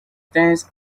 tense